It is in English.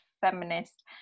feminist